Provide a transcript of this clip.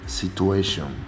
situation